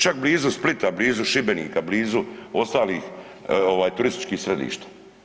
Čak blizu Splita, blizu Šibenika, blizu ostalih turističkih središta.